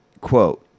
Quote